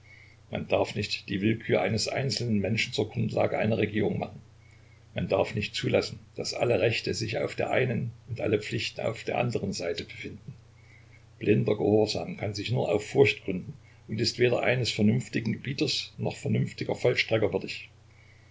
man darf nicht die willkür eines einzelnen menschen zur grundlage einer regierung machen man darf nicht zulassen daß alle rechte sich auf der einen und alle pflichten auf der andern seite befinden blinder gehorsam kann sich nur auf furcht gründen und ist weder eines vernünftigen gebieters noch vernünftiger